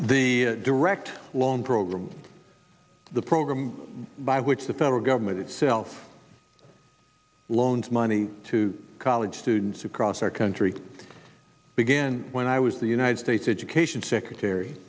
the direct loan program the program by which the federal government itself loaned money to college students across our country began when i was the united states education secretary